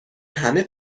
همه